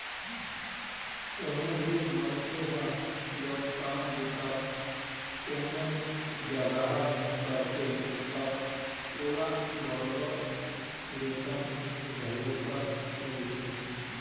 कोनो भी मनखे ह जब काम बूता कोनो जघा करथे तब ओला बरोबर बेतन घलोक मिलथे